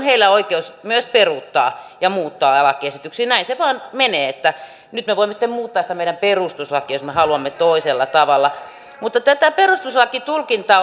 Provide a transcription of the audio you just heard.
heillä on oikeus myös peruuttaa ja muuttaa lakiesityksiä näin se vain menee että nyt me voimme sitten muuttaa sitä meidän perustuslakia jos me haluamme toisella tavalla tätä perustuslakitulkintaa